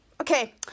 Okay